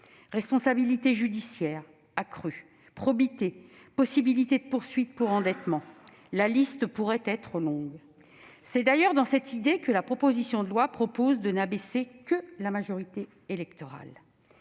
responsabilité judiciaire accrue, probité, possibilité de poursuites pour endettement ... La liste pourrait être longue. C'est d'ailleurs la raison pour laquelle la proposition de loi propose de n'abaisser que la seule majorité électorale.